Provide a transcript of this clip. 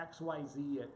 XYZ